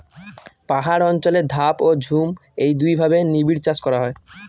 পাহাড় অঞ্চলে ধাপ ও ঝুম এই দুইভাবে নিবিড়চাষ করা হয়